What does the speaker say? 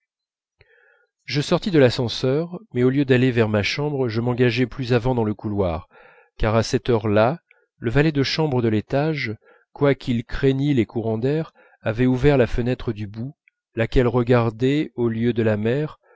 je sortis de l'ascenseur mais au lieu d'aller vers ma chambre je m'engageai plus avant dans le couloir car à cette heure-là le valet de chambre de l'étage quoiqu'il craignît les courants d'air avait ouvert la fenêtre du bout laquelle regardait au lieu de la mer